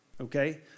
Okay